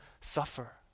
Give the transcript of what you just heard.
suffer